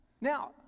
Now